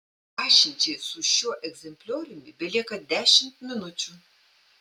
pažinčiai su šiuo egzemplioriumi belieka dešimt minučių